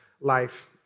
life